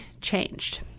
changed